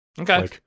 Okay